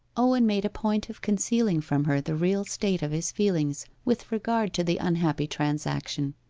owen made a point of concealing from her the real state of his feelings with regard to the unhappy transaction.